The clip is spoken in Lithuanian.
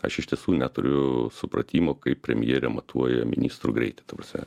aš iš tiesų neturiu supratimo kaip premjerė matuoja ministrų greitį ta prasme